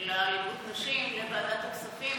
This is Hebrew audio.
באלימות כלפי נשים בוועדת הכספים,